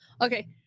okay